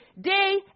day